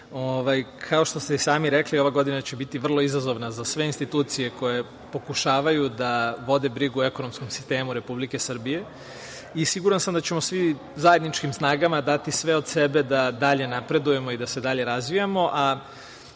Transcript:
Kao što ste i sami rekli ova godina će biti vrlo izazovna za sve institucije koje pokušavaju da vode brigu o ekonomskom sistemu Republike Srbije i siguran sam da ćemo svi zajedničkim snagama dati sve od sebe da dalje napredujemo i da se dalje razvijamo,